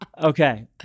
Okay